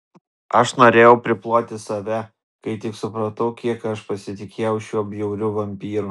aš norėjau priploti save kai tik supratau kiek aš pasitikėjau šiuo bjauriu vampyru